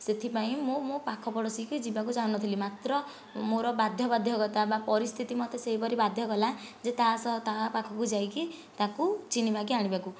ସେଥିପାଇଁ ମୁଁ ମୋ ପାଖ ପଡ଼ୋଶୀ କି ଯିବାକୁ ଚାହୁଁନଥିଲି ମାତ୍ର ମୋର ବାଧ୍ୟ ବାଧ୍ୟକତା ବା ପରିସ୍ଥିତି ମୋତେ ସେହିପରି ବାଧ୍ୟ କଲା ଯେ ତା ସହ ତା ପାଖକୁ ଯାଇକି ତାକୁ ଚିନି ମାଗି ଆଣିବାକୁ